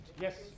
Yes